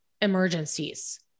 emergencies